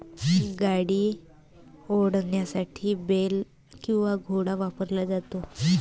गाडी ओढण्यासाठी बेल किंवा घोडा वापरला जातो